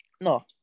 No